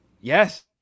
Yes